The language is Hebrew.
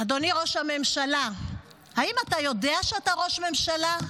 אדוני ראש הממשלה, האם אתה יודע שאתה ראש ממשלה?